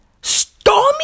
Stormy